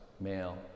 male